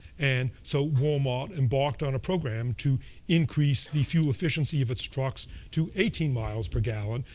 and so walmart embarked on a program to increase the fuel efficiency of its trucks to eighteen miles per gallon,